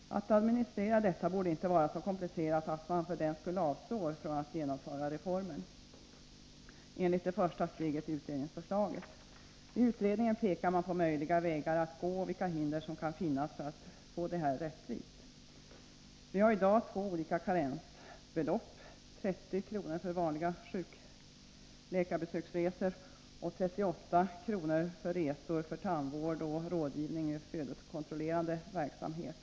Att administrera detta borde inte vara så komplicerat att man för den skull avstår från att genomföra reformen enligt det första steget i utredningsförslaget. I utredningen pekar man på möjliga vägar att gå och vilka hinder som kan finnas för att få systemet rättvist. Vi har i dag två olika karensbelopp —-30 kr. för vanliga läkarbesöksresor och 38 kr. för resor för tandvård och rådgivning vid födelsekontrollerande verksamhet.